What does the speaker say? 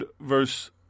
verse